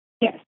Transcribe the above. Yes